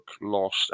lost